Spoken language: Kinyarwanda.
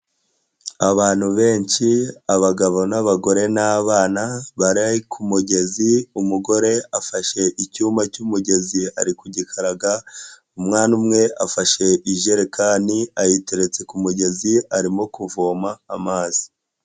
Abantu benshi abagabo n'abagore n'abana bara ku mugezi umugore afashe icyumba cy'umugezi ari ku gikararaga umwana umwe afashe ijerekani ayiteretse ku mugezi arimo kuvoma amazi.